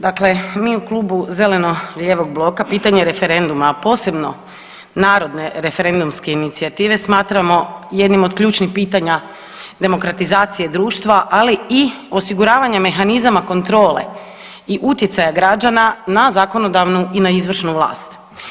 Dakle, mi u Klubu zeleno-lijevog bloka pitanje referenduma, a posebno narodne referendumske inicijative smatramo jednim od ključnih pitanja demokratizacije društva, ali i osiguravanja mehanizama kontrole i utjecaja građana na zakonodavnu i na izvršnu vlast.